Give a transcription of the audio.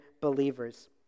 believers